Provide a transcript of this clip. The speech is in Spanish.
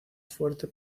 fuerte